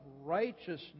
righteousness